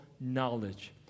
knowledge